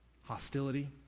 hostility